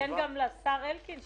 לפרגן גם לשר אלקין,